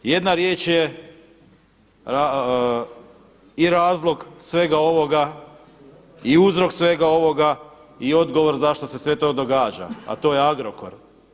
Jedna riječ je i razlog svega ovoga i uzrok svega ovoga i odgovor zašto se to sve događa, a to je Agrokor.